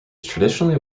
traditionally